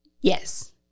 yes